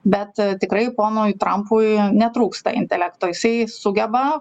bet tikrai ponui trampui netrūksta intelekto jisai sugeba